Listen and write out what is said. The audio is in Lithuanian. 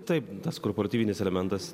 taip tas korporatyvinis elementas